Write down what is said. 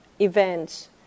events